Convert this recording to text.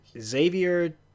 Xavier